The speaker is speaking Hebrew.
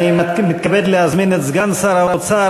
אני מתכבד להזמין את סגן שר האוצר,